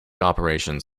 operations